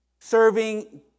Serving